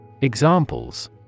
Examples